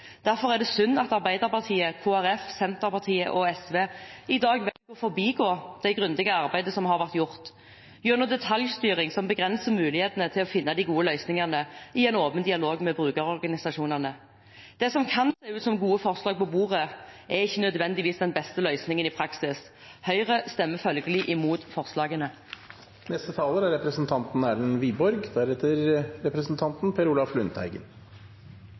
Derfor er det synd at Arbeiderpartiet, Kristelig Folkeparti, Senterpartiet og SV i dag velger å forbigå det grundige arbeidet som har vært gjort – gjennom detaljstyring som begrenser mulighetene til å finne de gode løsningene i en åpen dialog med brukerorganisasjonene. Det som kan se ut som gode forslag på bordet, er ikke nødvendigvis den beste løsningen i praksis. Høyre stemmer følgelig imot forslagene.